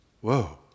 Whoa